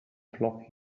flock